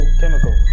Chemical